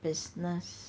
business